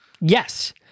Yes